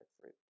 fruit